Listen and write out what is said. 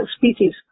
Species